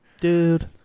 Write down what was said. Dude